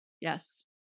yes